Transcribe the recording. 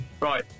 Right